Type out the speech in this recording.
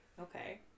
Okay